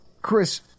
Chris